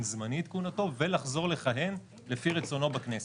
זמני את כהונתו ולחזור לכהן לפי רצונו בכנסת.